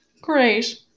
Great